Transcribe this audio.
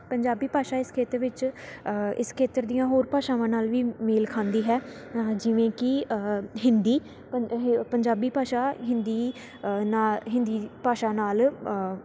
ਪੰਜਾਬੀ ਭਾਸ਼ਾ ਇਸ ਖੇਤਰ ਵਿੱਚ ਇਸ ਖੇਤਰ ਦੀਆਂ ਹੋਰ ਭਾਸ਼ਾਵਾਂ ਨਾਲ ਵੀ ਮ ਮੇਲ ਖਾਂਦੀ ਹੈ ਜਿਵੇਂ ਕਿ ਹਿੰਦੀ ਇਹ ਪੰਜਾਬੀ ਭਾਸ਼ਾ ਹਿੰਦੀ ਨਾ ਹਿੰਦੀ ਭਾਸ਼ਾ ਨਾਲ